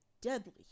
deadly